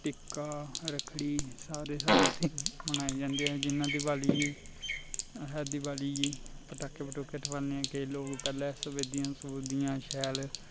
टिका रक्खड़ी सारे साढ़े इत्थै मनाये जंदे जियां कि दिपावली गी आहें दिवाली गी पटाके पुटूके ठोआलने होने केई लोक पैह्लें सफेदी सफुदियां शैल